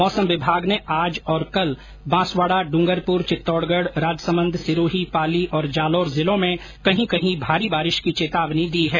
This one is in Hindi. मौसम विभाग ने आज और कल बांसवाडा डूंगरपुर चित्तौडगढ राजसमंद सिरोही पाली और जालौर जिलों में कहीं कहीं भारी बारिश की चेतावनी दी है